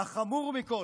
והחמור מכול,